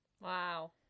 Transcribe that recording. Wow